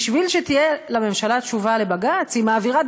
כדי שתהיה לממשלה תשובה לבג"ץ היא מעבירה,